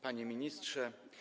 Panie Ministrze!